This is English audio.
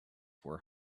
were